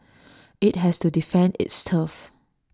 IT has to defend its turf